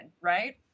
right